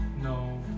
No